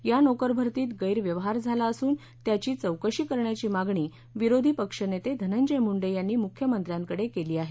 या नोकरभरतीत गैरव्यवहार झाला असून त्याची चौकशी करण्याची मागणी विरोधी पक्षनेते धनंजय मुंडे यांनी मुख्यमंत्र्यांकडे केली आहे